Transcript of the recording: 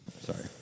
Sorry